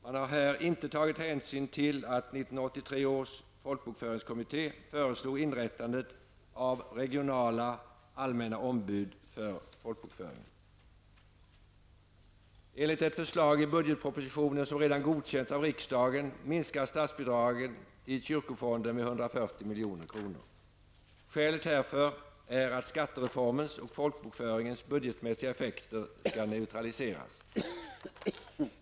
Man har här inte tagit hänsyn till att 1983 års folkbokföringskommitté föreslog inrättandet av regionala allmänna ombud för folkbokföringen. Enligt ett förslag i budgetpropositionen som redan godkänts av riksdagen minskar statsbidragen till kyrkofonden med 140 milj.kr. Skälet härför är att skattereformens och folkbokföringens budgetmässiga effekter skall neutraliseras.